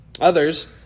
Others